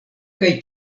kaj